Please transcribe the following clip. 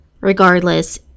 Regardless